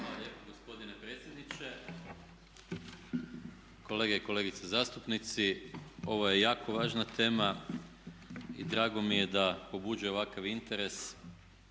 lijepo gospodine predsjedniče. Kolege i kolegice zastupnici, ovo je jako važna tema i drago mi je da pobuđuje ovakav interes